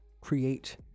create